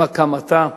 עם הקמתה.